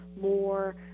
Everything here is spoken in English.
more